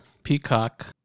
peacock